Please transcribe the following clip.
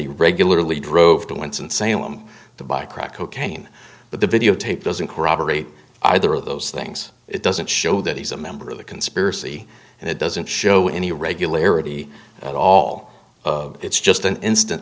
he regularly drove to winston salem to buy crack cocaine but the videotape doesn't corroborate either of those things it doesn't show that he's a member of the conspiracy and it doesn't show any regularity at all it's just an instant